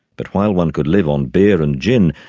but while one could live on beer and gin,